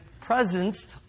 presence